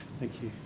thank you.